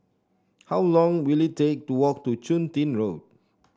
how long will it take to walk to Chun Tin Road